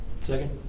Second